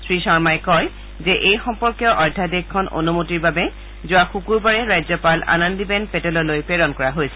শ্ৰীশৰ্মাই কয় যে এই সম্পৰ্কীয় অধ্যাদেশখন অনুমতিৰ বাবে যোৱা শুকুৰবাৰে ৰাজ্যপাল আনন্দিবেন পেটেললৈ প্ৰেৰণ কৰা হৈছে